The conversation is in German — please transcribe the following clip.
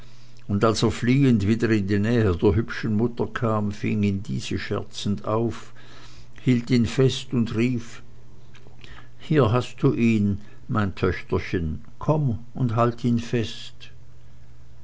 und als er fliehend wieder in die nähe der hübschen mutter kam fing ihn diese scherzend auf hielt ihn fest und rief hier hast du ihn mein töchterchen komm und halt ihn fest